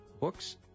books